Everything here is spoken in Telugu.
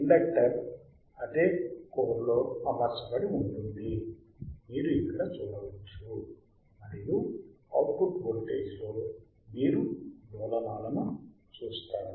ఇండక్టర్ అదే కోర్లో అమర్చబడి ఉంటుంది మీరు ఇక్కడ చూడవచ్చు మరియు అవుట్పుట్ వోల్టేజ్ లో మీరు డోలనాలను చూస్తారు